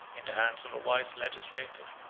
in the hands of a wise legislator,